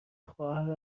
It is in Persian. خواهر